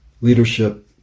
leadership